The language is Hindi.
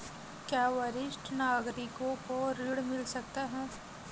क्या वरिष्ठ नागरिकों को ऋण मिल सकता है?